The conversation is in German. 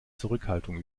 zurückhaltung